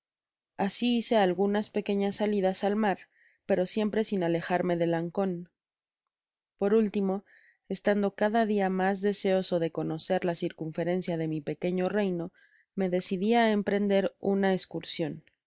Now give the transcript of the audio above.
asi hice algunas pequeñas salidas al mar pero siempre sin alejarme del ancon por último estando cada dia mas deseoso de conocer la circunferencia de mi pequeño reino me decidi á emprender una escursion en